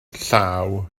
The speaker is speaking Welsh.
llaw